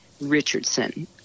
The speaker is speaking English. Richardson